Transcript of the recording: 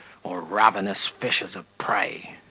or ravenous fish of prey.